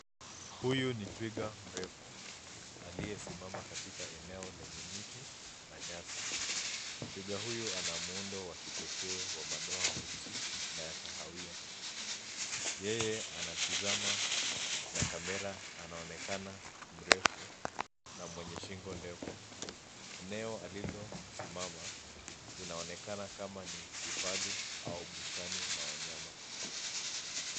Huyu ni twiga mrefu aliyesimama katika eneo lenye miti na nyasi. Twiga huyu ana muundo wa kipekee wa madoa meusi na ya kahawia. Yeye anatizama na kamera anaonekana mrefu na mwenye shingo ndefu. Eneo alilosimama linaonekana kama ni hifadhi au bustani la wanyama.